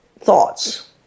thoughts